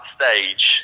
stage